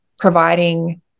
providing